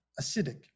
acidic